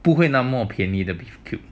不会那么便宜 the beef cube